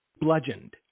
bludgeoned